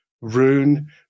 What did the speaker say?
Rune